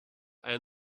and